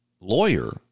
lawyer